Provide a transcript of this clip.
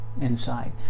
inside